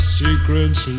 secrets